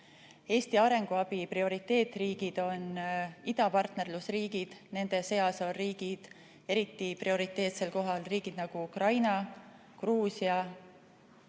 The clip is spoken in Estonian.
Eesti arenguabi prioriteetriigid on idapartnerlusriigid, nende seas on eriti prioriteetsel kohal Ukraina, Gruusia